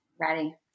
Ready